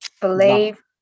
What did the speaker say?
Believe